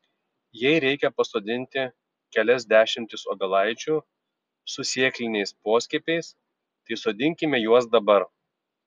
jei reikia pasodinti kelias dešimtis obelaičių su sėkliniais poskiepiais tai sodinkime juos dabar